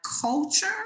culture